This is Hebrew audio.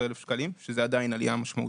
ל-13,000 שקלים שזה עדיין עלייה משמעותית.